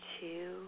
two